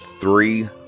three